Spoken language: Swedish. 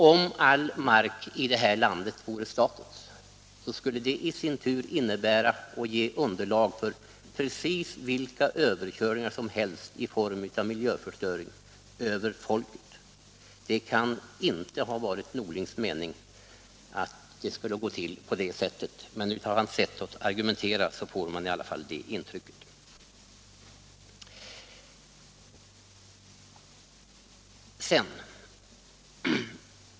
Om all mark i detta land vore statens, skulle det i så fall innebära att folkets intressen när som helst skulle kunna köras över. Det kan inte ha varit herr Norlings mening att det skall gå till på det sättet, men av hans sätt att argumentera får man det intrycket.